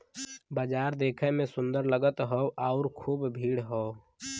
बाजार देखे में सुंदर लगत हौ आउर खूब भीड़ हौ